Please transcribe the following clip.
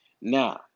Now